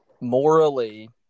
morally